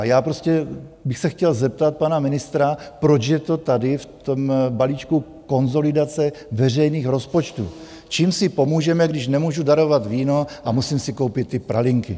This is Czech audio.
Já prostě bych se chtěl zeptat pana ministra, proč je to tady, v tom balíčku konsolidace veřejných rozpočtů, čím si pomůžeme, když nemůžu darovat víno a musím si koupit ty pralinky.